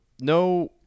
no